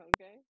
okay